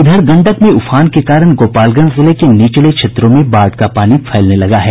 इधर गंडक में उफान के कारण गोपालगंज जिले के निचले क्षेत्रों में बाढ़ का पानी फैलने लगा है